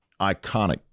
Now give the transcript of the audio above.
iconic